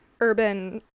Urban